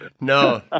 no